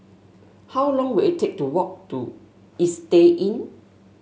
how long will it take to walk to Istay Inn